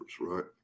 right